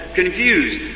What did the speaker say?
confused